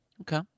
Okay